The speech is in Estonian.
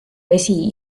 vesi